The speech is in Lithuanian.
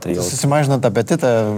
taigi susimažinot apetitą